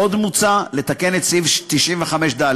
עוד מוצע לתקן את סעיף 95(ד),